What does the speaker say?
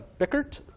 Bickert